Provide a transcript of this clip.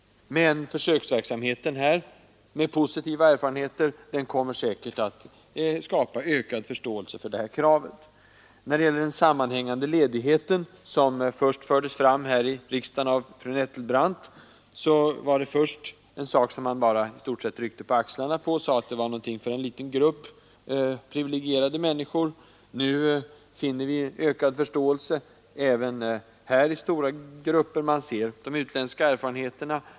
Men de positiva erfarenheterna av försöksverksamheten på detta område kommer säkert att skapa ökad förståelse för flextiden. När tanken på den sammanhängande ledigheten först fördes fram här i riksdagen av fru Nettelbrandt ryckte man i stort sett bara på axlarna i de andra partierna och sade, att det var någonting för en liten grupp privilegierade människor. Nu finner vi ökad förståelse i stora grupper även för denna idé, bl.a. på grund av de goda utländska erfarenheterna.